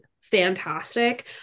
fantastic